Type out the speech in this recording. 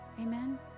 Amen